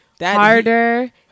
Harder